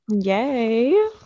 Yay